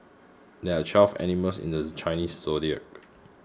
there are twelve animals in the Chinese zodiac